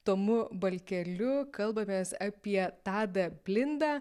tomu balkeliu kalbamės apie tadą blindą